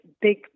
big